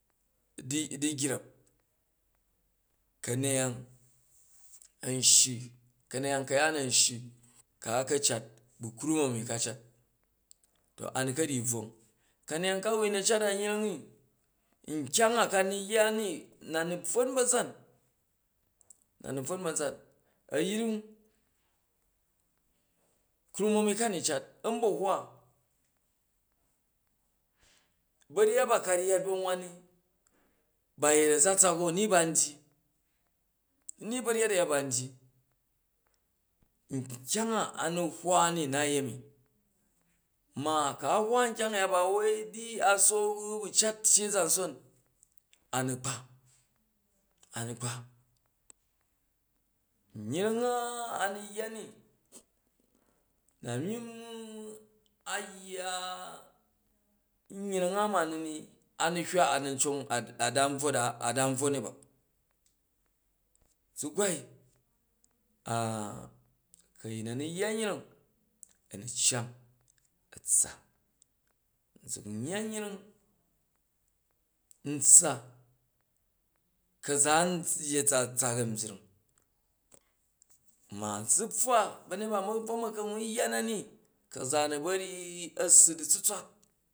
U̱ dugrep, ka̱neyang a̱n shyi, ka̱neyang ka̱yaan a̱n shyi ku a̱ ka cat bu̱ krum a̱mi ka cat to a̱ nu ka ryyi bvwon. Ka̱neyang ka a̱ wai na cat an yreng ni, nkyang a ka nu̱ yya ni na na bvwon ba̱zon, na nu bvwon ba̱zan. A̱yring krum a̱mi ka nu cat, a̱mba̱hwa ba̱ryyat ba ka ryyat ba̱n wan ni ba yet a̱tsatsak o, mi ba̱ryyat ba ba̱n chyyi, nkyang a a nu hwa ni uwa yeni, ma ku a̱ hwa nkyang a̱ya ba di a̱ sook bu̱ cat tyyi a̱za̱nson a̱ nu kpa, a nmu lpa, ku yreng a, a ru yya ni a myimm a yya yreng a ma nini a nu hywa a nu cong, a dan bvwo, a dan bvwo ni ba zu gwai ku a̱yin a̱ nu yya yreng a̱ nu cyang, a̱ tsa, nzuk nyya yreng n tssa ka̱za a̱n dyyi a̱tsatsak a̱nbyring, ma ba̱nyet ba a ma̱n kan wui yya na ni ka̱za a̱ nu̱ ba ryyi a̱ssu du̱tsutswa.